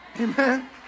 Amen